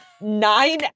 nine